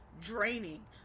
draining